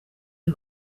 iyo